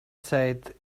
said